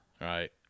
right